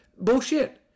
Bullshit